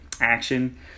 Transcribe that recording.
action